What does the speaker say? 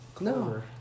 no